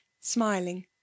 smiling